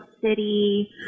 city